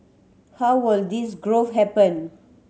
how will this growth happen